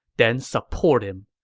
then support him.